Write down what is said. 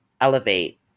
elevate